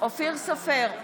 אופיר סופר,